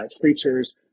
creatures